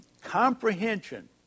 Comprehension